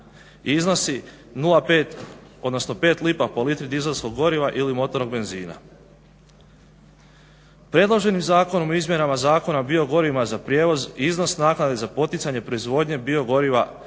odnosno 5 lipa po litri dizelskog goriva ili motornog benzina. Predloženim zakonom o izmjenama Zakona o biogorivima za prijevoz i iznos naknade za poticanje proizvodnje biogoriva